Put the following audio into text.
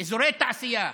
אזורי תעשייה,